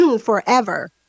forever